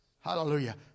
Hallelujah